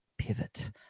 pivot